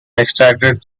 extracted